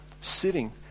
sitting